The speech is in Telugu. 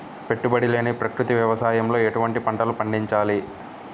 పెట్టుబడి లేని ప్రకృతి వ్యవసాయంలో ఎటువంటి పంటలు పండించాలి?